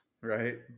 Right